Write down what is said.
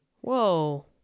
Whoa